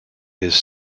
his